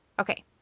okay